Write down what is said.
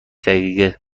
دقیقه